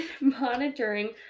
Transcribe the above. monitoring